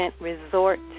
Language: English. resort